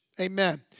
Amen